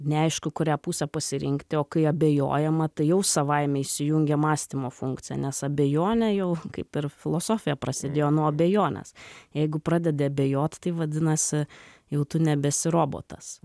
neaišku kurią pusę pasirinkti o kai abejojama tai jau savaime įsijungia mąstymo funkcija nes abejonė jau kaip ir filosofija prasidėjo nuo abejonės jeigu pradedi abejot tai vadinasi jau tu nebesi robotas